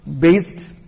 based